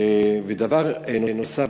ודבר נוסף,